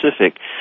specific